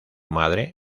madre